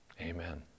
amen